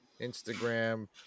Instagram